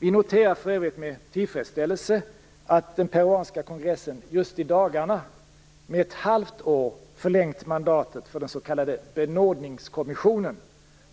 Vi noterar för övrigt med tillfredsställelse att peruanska kongressen just i dagarna med ett halvt år förlängt mandatet för den s.k. benådningskommissionen,